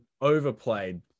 overplayed